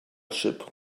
ship